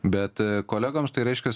bet kolegoms tai reiškias